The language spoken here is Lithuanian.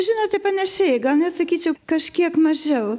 žinote panašiai gal net sakyčiau kažkiek mažiau